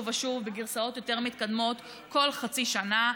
ושוב בגרסאות יותר מתקדמות כל חצי שנה,